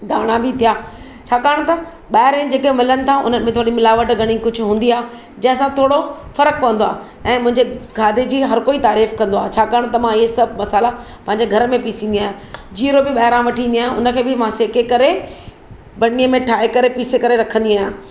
धाणा बि थिया छाकाणि त ॿाहिरि जेके मिलनि था हुनमें थोरी मिलावट घणी कुझु हूंदी आहे जंहिंसां थोरो फ़र्क़ु पवंदो आहे ऐं मुंहिंजे खाधे जी हर कोई तारीफ़ु कंदो आहे छाकाणि त मां हीउ सभु मसाल्हा पंहिंजे घर में पीसींदी आहियां जीरो बि ॿाहिरां वठी ईंदी आहियां हुनखे बि मां सेके करे बरणीअ में ठाहे करे पीसे करे रखंदी आहियां